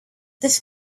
this